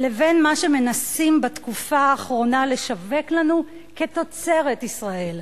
לבין מה שמנסים בתקופה האחרונה לשווק לנו כתוצרת ישראל.